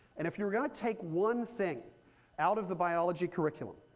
and if you were going to take one thing out of the biology curriculum,